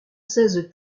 seize